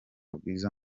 bwiza